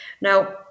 Now